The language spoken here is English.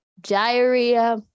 Diarrhea